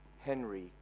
Henry